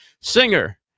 singer